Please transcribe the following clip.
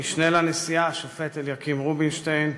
המשנה לנשיאה השופט אליקים רובינשטיין,